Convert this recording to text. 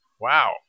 Wow